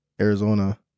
Arizona